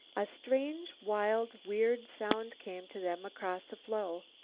a strange, wild, weird sound came to them across the floe,